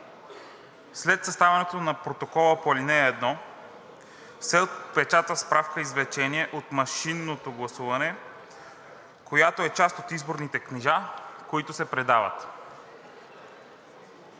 „След съставянето на протокола по ал. 1 се отпечатва справка извлечение от машинното гласуване, която е част от изборните книжа, които се предават.“